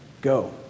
go